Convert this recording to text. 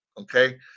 okay